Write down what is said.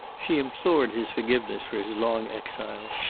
she implored his forgiveness for his long exile,